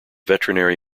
veterinary